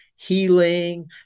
healing